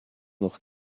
noch